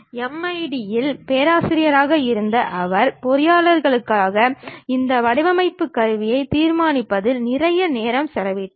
எம்ஐடியில் பேராசிரியராக இருந்த அவர் பொறியாளர்களுக்காக இந்த வடிவமைப்பு கருவிகளை நிர்மாணிப்பதில் நிறைய நேரம் செலவிட்டார்